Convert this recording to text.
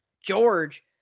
George